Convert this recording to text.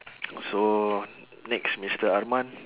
so next mister arman